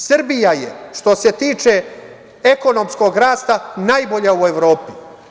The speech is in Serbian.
Srbija je, što se tiče ekonomskog rasta najbolja u Evropi.